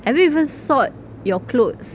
have you even sort your clothes